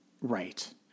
Right